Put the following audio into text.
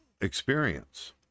experience